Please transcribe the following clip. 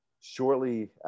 shortly